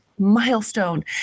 milestone